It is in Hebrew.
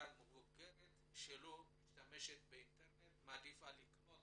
מבוגרת בעיקר שלא משתמשת באינטרנט ומעדיפה לקרוא